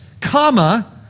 comma